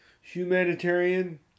humanitarian